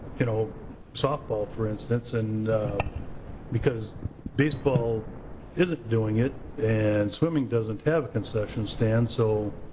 you know softball, for instance, and because baseball isn't doing it, and swimming doesn't have a concession stand. so,